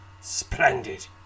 Splendid